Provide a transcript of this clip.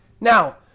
Now